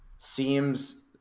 Seems